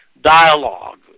dialogue